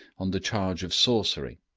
on the charge of sorcery.